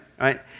right